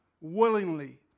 willingly